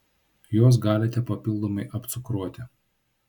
juos galite papildomai apcukruoti